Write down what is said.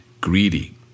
greedy